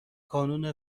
کانون